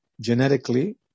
genetically